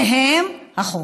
שהם החוק.